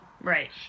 Right